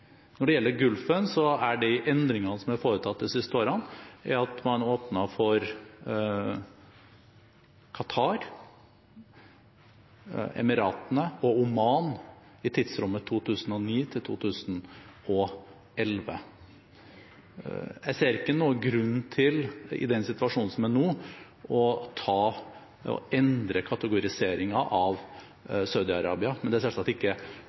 Når det gjelder Golfen, er de endringene som er foretatt de siste årene, at man har åpnet for Qatar, Emiratene og Oman i tidsrommet 2009–2011. Jeg ser ikke noen grunn til, i den situasjonen som er nå, å endre kategoriseringen av Saudi-Arabia, men det er selvsagt ikke